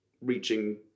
reaching